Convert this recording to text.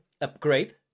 upgrade